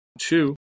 Two